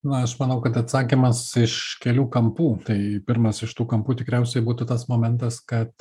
na aš manau kad atsakymas iš kelių kampų tai pirmas iš tų kampų tikriausiai būtų tas momentas kad